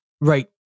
Right